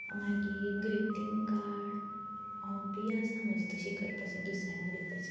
मागीर greeting card hobby आसा म्हाजी तशी करपाची आनी दुसऱ्यांकूय दिवपाची